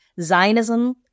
Zionism